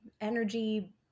energy